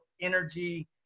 energy